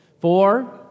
Four